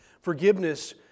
forgiveness